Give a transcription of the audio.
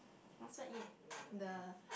I also eat the